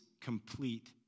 complete